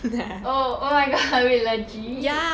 oh oh my god wait legit